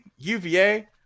UVA